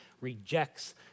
rejects